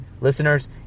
Listeners